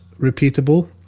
repeatable